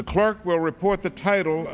the clerk will report the title